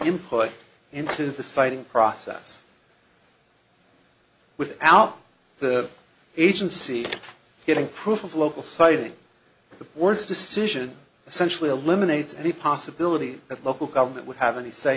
input into the siting process without the agency getting proof of local citing the words decision essentially eliminates any possibility that local government would have any say